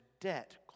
debt